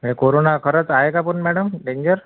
हे कोरोना खरंच आहे का पण मॅडम डेंजर